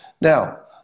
Now